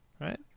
right